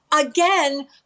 again